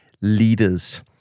leaders